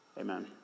Amen